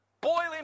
Boiling